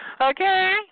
Okay